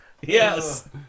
Yes